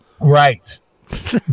right